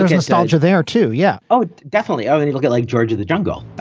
there's a soldier there, too. yeah oh, definitely oh, and you'll get like george of the jungle,